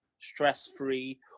stress-free